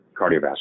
cardiovascular